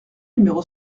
numéro